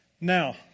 Now